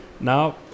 Now